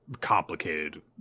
complicated